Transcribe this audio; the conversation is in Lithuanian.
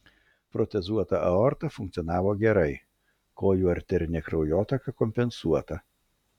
protezuota aorta funkcionavo gerai kojų arterinė kraujotaka kompensuota